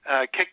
kick